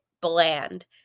bland